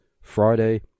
Friday